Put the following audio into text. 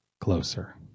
closer